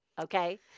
Okay